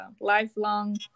lifelong